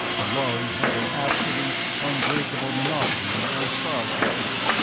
the lhari had an absolute, unbreakable monopoly on star travel.